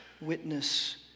witness